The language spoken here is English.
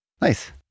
Nice